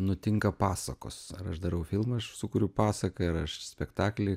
nutinka pasakos ar aš darau filmą aš sukuriu pasaką ar aš spektaklį